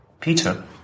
Peter